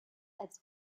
als